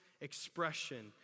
expression